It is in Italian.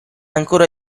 ancora